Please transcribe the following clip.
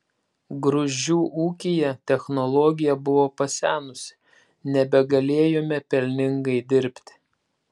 gruzdžių ūkyje technologija buvo pasenusi nebegalėjome pelningai dirbti